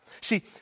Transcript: See